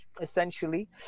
essentially